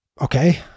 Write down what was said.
Okay